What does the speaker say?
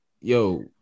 yo